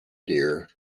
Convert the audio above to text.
dear